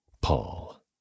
Paul